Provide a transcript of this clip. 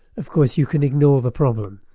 of course you can ignore the problem,